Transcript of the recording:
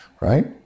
right